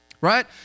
Right